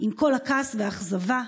עם כל הכעס והאכזבה,